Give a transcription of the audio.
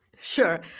Sure